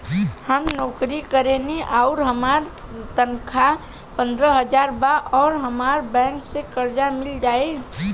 हम नौकरी करेनी आउर हमार तनख़ाह पंद्रह हज़ार बा और हमरा बैंक से कर्जा मिल जायी?